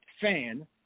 fan